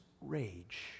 rage